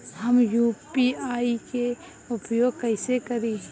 हम यू.पी.आई के उपयोग कइसे करी?